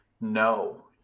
No